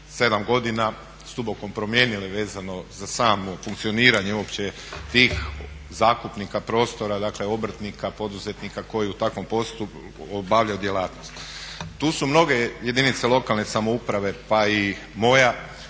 7 godina s dubokom promijenile vezano za samo funkcioniranje uopće tih zakupnika prostora, dakle obrtnika, poduzetnika koji u takvom poslu obavljaju djelatnost. Tu su mnoge jedinice lokalne samouprave, pa i moja,